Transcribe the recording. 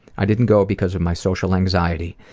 i didn't go because of my social anxiety,